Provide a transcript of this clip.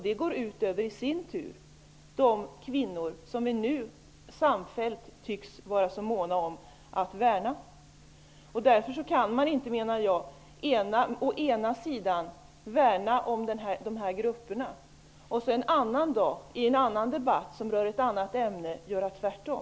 Det går i sin tur ut över de kvinnor som vi nu samfällt tycks vara så måna om att värna. Jag menar att man inte kan å ena sidan värna om dessa grupper och sedan en annan dag i en annan debatt som rör ett annat ämne göra tvärtom.